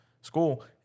school